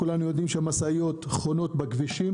כולנו יודעים שהמשאיות חונות בכבישים